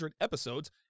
episodes